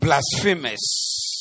Blasphemous